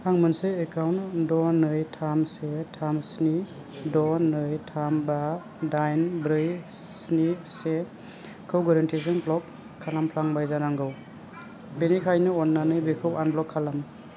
आं मोनसे एकाउन्ट द' नै थाम से थाम स्नि द' नै थाम बा दाइन ब्रै स्नि से खौ गोरोन्थिजों ब्ल'क खालामफ्लांबाय जानांगौ बेनिखायनो अन्नानै बेखौ आनब्ल'क खालाम